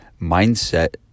mindset